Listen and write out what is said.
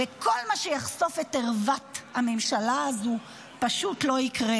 וכל מה שיחשוף את ערוות הממשלה הזאת פשוט לא יקרה.